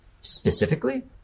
specifically